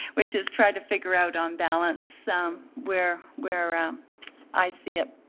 which is try to figure out on balance where where i see it.